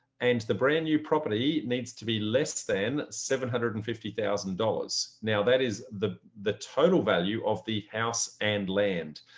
and the brand new property needs to be less than seven hundred and fifty thousand dollars. now that is the the total value of the house and land.